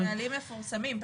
הנהלים מפורסמים,